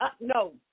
No